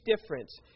difference